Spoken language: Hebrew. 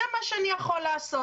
זה מה שאני יכול לעשות.